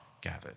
gathered